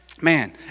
Man